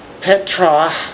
Petra